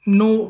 no